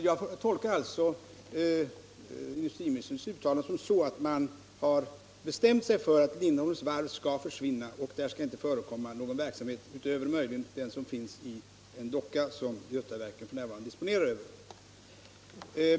Jag tolkar alltså industriministerns uttalande så att man har bestämt sig för att Lindholmens varv skall försvinna och att där inte skall förekomma någon verksamhet utöver möjligen i en docka som Götaverken f.n. disponerar över.